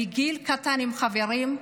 מגיל קטן הם חברים.